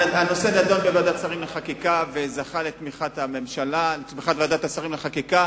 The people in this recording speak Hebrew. הנושא נדון בוועדת שרים לחקיקה וזכה לתמיכת ועדת השרים לחקיקה.